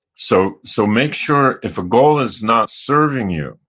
so so make sure if a goal is not serving you,